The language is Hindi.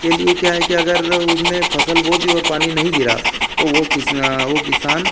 के लिए क्या है कि अगर वह उन्होंने फ़सल बो दी और पानी नहीं गिरा तो वह किसान वह किसान